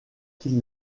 qui